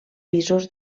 pisos